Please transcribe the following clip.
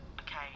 okay